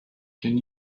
can